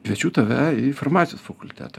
kviečiu tave į farmacijos fakultetą taip